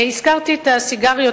הזכרתי את הסיגריות,